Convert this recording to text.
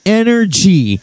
energy